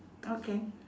okay